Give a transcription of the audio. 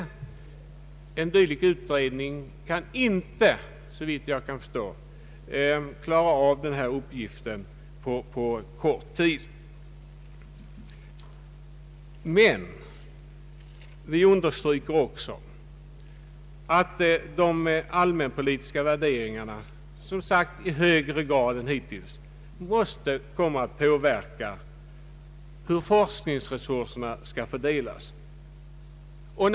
En dylik utredning kan, såvitt jag förstår, inte klara av denna uppgift på kort tid. Men vi understryker att de allmänpolitiska värderingarna i högre grad än hittills måste komma att påverka fördelningen av forskningsresurserna.